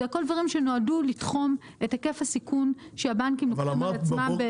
זה הכול דברים שנועדו לתחום את היקף הסיכון שהבנקים לוקחים על עצמם.